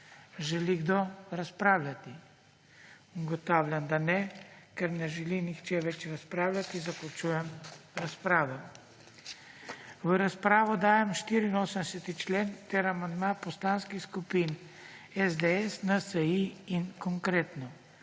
Želi kdo razpravljati? Ugotavljam, da ne. Ker ne želi nihče več razpravljati, zaključujem razpravo. V razpravo dajem 84. člen ter amandma poslanskih skupin SDS, NSi in Konkretno.